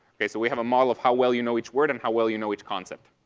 okay? so we have a model of how well you know each word and how well you know each concept.